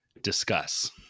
Discuss